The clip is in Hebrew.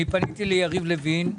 אני פניתי ליריב לוין,